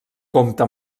compta